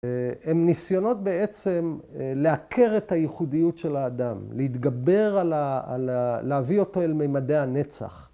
‫הן ניסיונות בעצם ‫לעקר את הייחודיות של האדם, ‫להתגבר על ה... ‫להביא אותו אל מימדי הנצח.